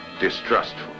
distrustful